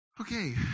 Okay